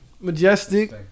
Majestic